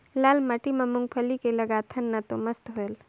लाल माटी म मुंगफली के लगाथन न तो मस्त होयल?